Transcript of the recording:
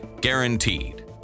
guaranteed